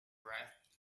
breathed